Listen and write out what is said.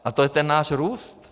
A to je ten náš růst.